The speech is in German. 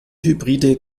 hybride